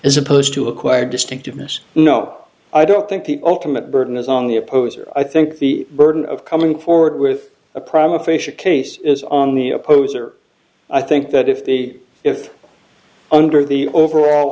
as opposed to acquire distinctiveness no i don't think the ultimate burden is on the opposer i think the burden of coming forward with a prime official case is on the opposer i think that if the if under the overall